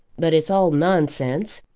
but it's all nonsense.